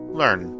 learn